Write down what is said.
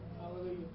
Hallelujah